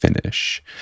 finish